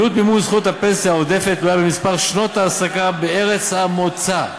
עלות מימון זכות הפנסיה העודפת תלויה במספר שנות ההעסקה בארץ המוצא.